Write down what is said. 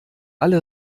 alle